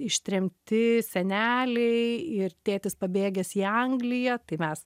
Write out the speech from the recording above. ištremti seneliai ir tėtis pabėgęs į angliją tai mes